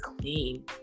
clean